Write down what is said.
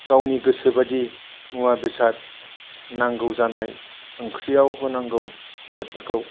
गावनि गोसो बादि मुवा बेसाद नांगौ जानाय ओंख्रियाव होनांगौ बेसादफोरखौ